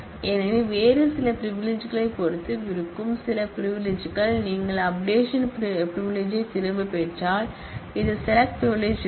எனவே வேறு சில பிரிவிலிஜ்களைப் பொறுத்து இருக்கும் சில பிரிவிலிஜ்கள் நீங்கள் அப்டேஷன் பிரிவிலிஜ்யை திரும்பப் பெற்றால் இந்த செலக்ட் பிரிவிலிஜ் இருக்கும்